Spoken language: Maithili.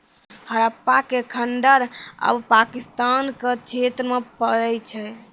हड़प्पा के खंडहर आब पाकिस्तान के क्षेत्र मे पड़ै छै